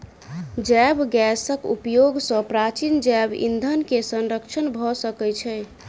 जैव गैसक उपयोग सॅ प्राचीन जैव ईंधन के संरक्षण भ सकै छै